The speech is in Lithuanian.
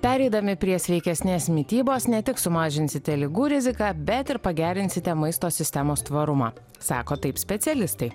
pereidami prie sveikesnės mitybos ne tik sumažinsite ligų riziką bet ir pagerinsite maisto sistemos tvarumą sako taip specialistai